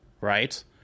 right